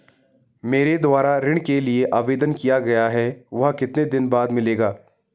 मेरे द्वारा ऋण के लिए आवेदन किया गया है वह कितने दिन बाद मिलेगा?